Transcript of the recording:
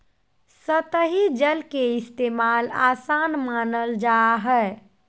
सतही जल के इस्तेमाल, आसान मानल जा हय